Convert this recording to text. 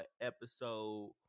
episode